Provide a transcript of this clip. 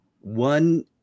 one